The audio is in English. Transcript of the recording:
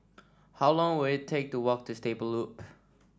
how long will it take to walk to Stable Loop